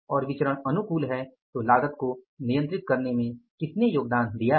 और विचरण अनुकूल है तो लागत को नियंत्रित करने में किसने योगदान दिया है